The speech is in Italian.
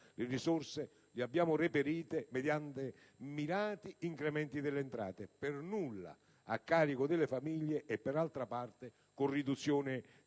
le risorse, per una parte mediante mirati incrementi delle entrate, per nulla a carico delle famiglie, e, per altra parte, con riduzione degli